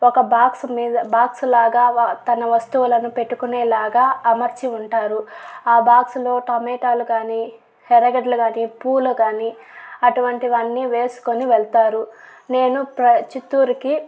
ఒక బాక్సు మీద బాక్సు లాగా వ తన వస్తువులను పెట్టుకునేలాగా అమర్చి ఉంటారు అ బాక్సు లో టమేటాలు గాని ఎర్రగడ్డలు గాని పూలు గాని అటువంటివన్నీ వేసుకొని వెళ్తారు నేను ప్ర చిత్తూరుకి